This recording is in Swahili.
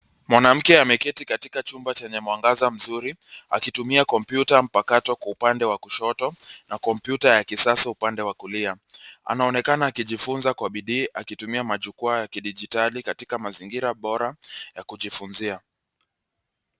Mwanamke ameketi katika chumba chenye mwangaza mzuri akitumia kompyuta mpakato kwa upande wa kushoto na kompyuta ya kisasa upande wa kulia. Anaonekana akijifunza kwa bidii akitumia majukwaa ya kidijitali katika mazingira bora ya kujifunzia.